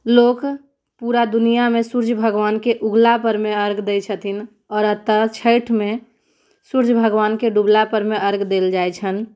लोक पूरा दुनियामे सूर्य भगवानके उगला परमे अर्घ दै छथिन आओर एतऽ छठिमे सूर्य भगवानके डुबला परमे अर्घ देल जाइत छनि